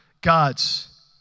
God's